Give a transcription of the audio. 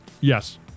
Yes